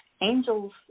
angels